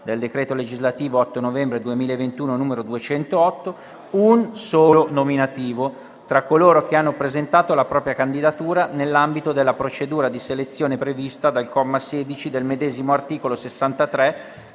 del decreto legislativo 8 novembre 2021 n. 208, un solo nominativo tra coloro che hanno presentato la propria candidatura nell'ambito della procedura di selezione prevista dal comma 16 del medesimo articolo 63